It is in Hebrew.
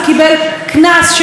אז הוא דקר אותה שוב,